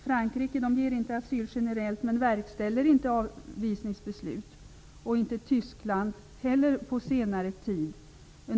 Frankrike ger inte generellt asyl men verkställer inte avverkningsbeslut, vilket inte heller Tyskland har gjort på senare tid.